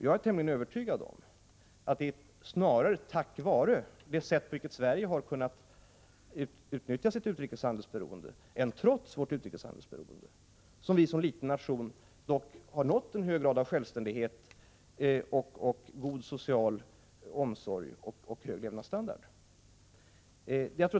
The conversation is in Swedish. Jag är tämligen övertygad om att det snarare är tack vare det sätt på vilket Sverige har kunnat utnyttja sitt utrikeshandelsberoende än trots vårt utrikeshandelsberoende som vi såsom liten nation dock har nått en hög grad av självständighet, god social omsorg och hög levnadsstandard.